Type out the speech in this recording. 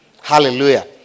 Hallelujah